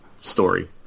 story